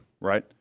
right